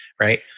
right